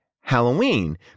Halloween